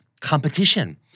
competition